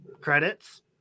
credits